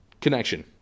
connection